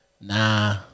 Nah